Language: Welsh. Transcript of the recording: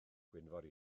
gwynfor